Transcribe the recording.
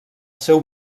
seu